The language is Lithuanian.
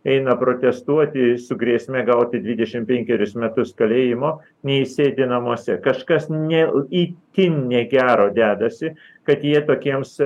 eina protestuoti su grėsme gauti dvidešimt penkerius metus kalėjimo nei sėdi namuose kažkas ne itin negero dedasi kad jie tokiems